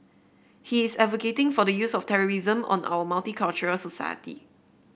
he is advocating for the use of terrorism on our multicultural society